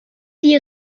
die